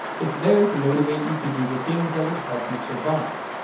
it's there to motivate you to do the things that would help you survive.